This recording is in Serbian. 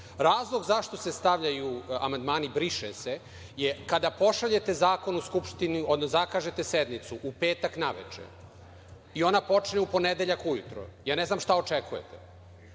Razlog zašto se stavljaju amandmani briše se je kada pošaljete zakon u Skupštinu, onda zakažete sednicu u petak naveče i ona počne u ponedeljak ujutru. Ne znam šta očekujete.